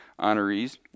honorees